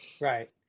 Right